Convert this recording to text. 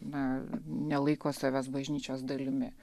na nelaiko savęs bažnyčios dalimi